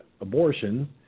abortion